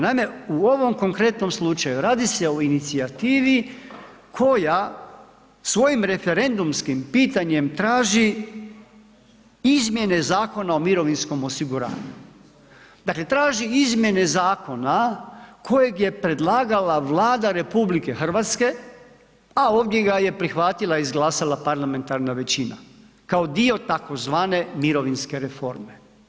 Naime, u ovom konkretnom slučaju radi se o inicijativi koja svojim referendumskim pitanjem traži izmjene Zakona o mirovinskom osiguranju, dakle traži izmjene zakona kojeg je predlagala Vlada RH, a ovdje ga je prihvatila, izglasala parlamentarna većina kao dio tzv. mirovinske reforme.